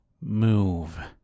move